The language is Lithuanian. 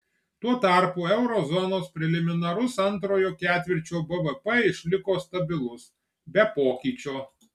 tuo tarpu euro zonos preliminarus antrojo ketvirčio bvp išliko stabilus be pokyčio